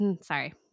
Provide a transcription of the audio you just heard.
sorry